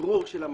אוורור של המקום,